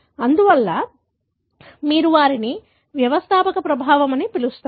అందువల్ల మీరు వారిని వ్యవస్థాపక ప్రభావం అని పిలుస్తారు